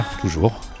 toujours